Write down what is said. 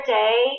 day